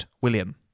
William